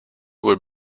were